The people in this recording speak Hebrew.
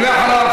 ואחריו,